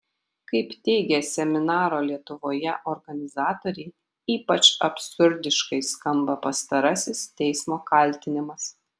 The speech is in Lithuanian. kaip teigė seminaro lietuvoje organizatoriai ypač absurdiškai skamba pastarasis teismo kaltinimas